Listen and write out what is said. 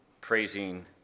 praising